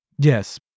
Yes